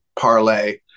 parlay